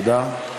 תודה רבה.